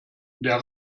der